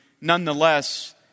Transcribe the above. nonetheless